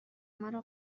مرا